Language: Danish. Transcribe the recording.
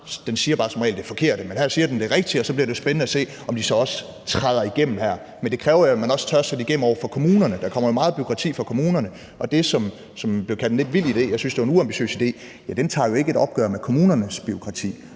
Den siger bare som regel det forkerte, men her siger den det rigtige, og så bliver det jo spændende at se, om de også træder igennem her. Men det kræver jo, at man også tør sætte igennem over for kommunerne. Der kommer jo meget bureaukrati fra kommunerne, og det, som blev kaldt en lidt vild idé – jeg synes, det var en uambitiøs idé – tager jo ikke et opgør med kommunernes bureaukrati.